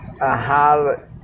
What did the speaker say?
Ahal